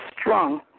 strong